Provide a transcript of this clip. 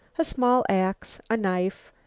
a small ax, a knife,